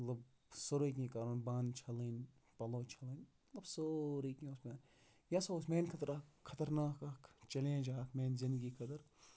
مطلب سورُے کیٚنٛہہ کَرُن بانہٕ چھلٕنۍ پَلو چھلٕنۍ مطلب سورُے کیٚنٛہہ اوس مےٚ یہِ ہسا اوس میانہِ خٲطرٕ اکھ خَطر ناک اکھ چیلینج اکھ میٲنہِ زندگی خٲطرٕ